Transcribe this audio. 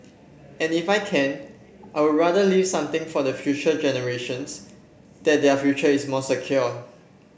and if I can I would rather leave something for the future generations that their future is more secure